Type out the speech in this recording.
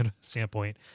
standpoint